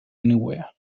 anywhere